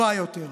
טובה יותר.